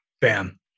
bam